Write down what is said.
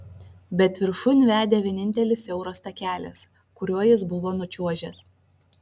bet viršun vedė vienintelis siauras takelis kuriuo jis buvo nučiuožęs